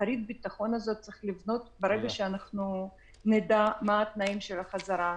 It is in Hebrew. את כרית הביטחון הזאת צריך לבנות ברגע שנדע מה התנאים של החזרה,